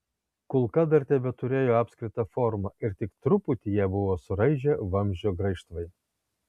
kulka dar tebeturėjo apskritą formą ir tik truputį ją buvo suraižę vamzdžio graižtvai